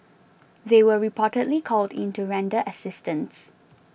they were reportedly called in to render assistance